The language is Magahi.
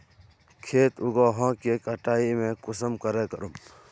खेत उगोहो के कटाई में कुंसम करे करूम?